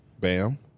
Bam